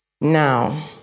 now